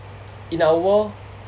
in our world